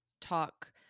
talk